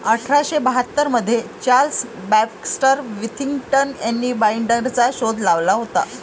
अठरा शे बाहत्तर मध्ये चार्ल्स बॅक्स्टर विथिंग्टन यांनी बाईंडरचा शोध लावला होता